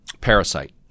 Parasite